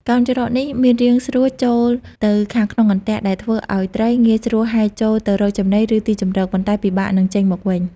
កោណច្រកនេះមានរាងស្រួចចូលទៅខាងក្នុងអន្ទាក់ ដែលធ្វើឲ្យត្រីងាយស្រួលហែលចូលទៅរកចំណី ឬទីជម្រក ប៉ុន្តែពិបាកនឹងចេញមកវិញ។